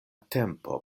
tempo